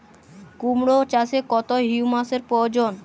কুড়মো চাষে কত হিউমাসের প্রয়োজন?